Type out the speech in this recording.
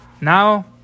now